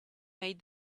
made